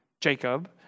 Jacob